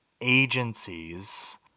agencies